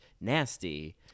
nasty